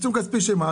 עיצום כספי, שמה?